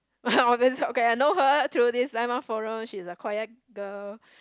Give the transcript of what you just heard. obvious okay I know her through this is landmark forum she is a quiet girl